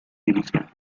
división